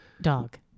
dog